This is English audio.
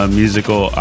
musical